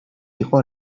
იყო